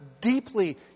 deeply